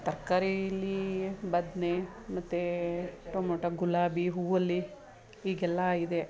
ತರಕಾರಿಯಲ್ಲಿ ಬದನೇ ಮತ್ತು ಟೊಮೊಟೋ ಗುಲಾಬಿ ಹೂವಲ್ಲಿ ಹೀಗೆಲ್ಲ ಇದೆ